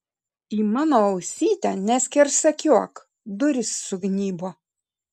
į mano ausytę neskersakiuok durys sugnybo